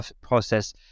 process